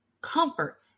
comfort